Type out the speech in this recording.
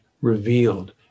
revealed